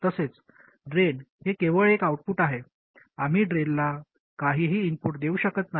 तसेच ड्रेन हे केवळ एक आउटपुट आहे आम्ही ड्रेनला काहीही इनपुट देऊ शकत नाही